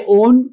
own